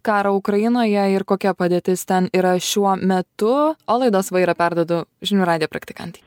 karą ukrainoje ir kokia padėtis ten yra šiuo metu o laidos vairą perduodu žinių radijo praktikantei